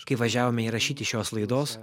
kai važiavome įrašyti šios laidos